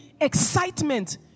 excitement